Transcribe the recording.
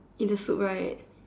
in the soup right